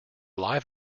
live